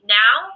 now